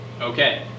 Okay